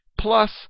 plus